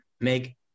make